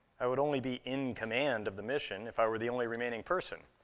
i would only be in command of the mission if i were the only remaining person.